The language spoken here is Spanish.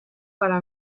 para